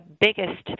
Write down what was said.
biggest